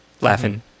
Laughing